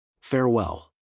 Farewell